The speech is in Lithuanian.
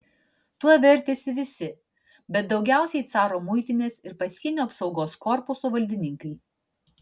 tuo vertėsi visi bet daugiausiai caro muitinės ir pasienio apsaugos korpuso valdininkai